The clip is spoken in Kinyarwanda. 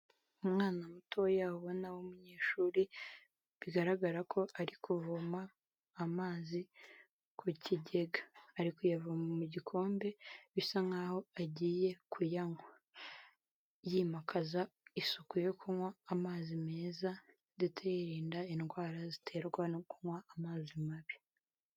Umwana mutoya ubona w'umunyeshuri bigaragara ko ari kuvoma amazi ku kigega, ari kuyavoma mu gikombe bisa nk'aho agiye kuyanywa yimakaza isuku yo kunywa amazi meza ndetse yirinda indwara ziterwa no kunywa amazi mabi.